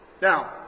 Now